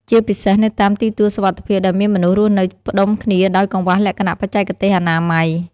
ជាពិសេសនៅតាមទីទួលសុវត្ថិភាពដែលមានមនុស្សរស់នៅផ្ដុំគ្នាដោយកង្វះលក្ខណៈបច្ចេកទេសអនាម័យ។